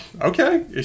Okay